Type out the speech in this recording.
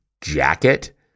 jacket